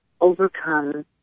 overcome